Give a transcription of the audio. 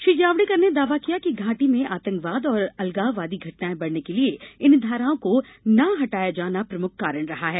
श्री जावड़ेकर ने दावा किया कि घाटी में आतंकवाद और अलगाववादी घटनाएं बढ़ने के लिये इन धाराओं को न हटाया जाना प्रमुख कारण रहा है